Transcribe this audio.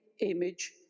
image